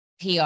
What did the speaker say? PR